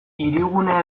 hirigune